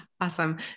Awesome